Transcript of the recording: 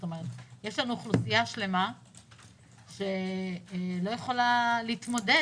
יש לנו אוכלוסייה שלמה שלא יכולה להתמודד